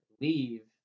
Leave